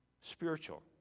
Spiritual